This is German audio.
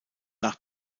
nach